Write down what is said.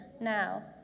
now